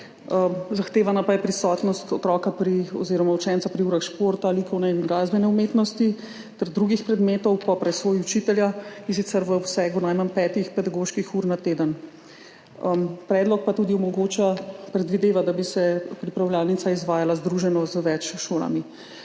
Zahtevana pa je prisotnost otroka pri oziroma učenca pri urah športa, likovne in glasbene umetnosti ter drugih predmetov po presoji učitelja, in sicer v obsegu najmanj petih pedagoških ur na teden. Predlog pa tudi predvideva, da bi se pripravljalnica izvajala združeno z več šolami.